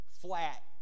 flat